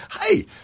hey